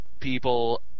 people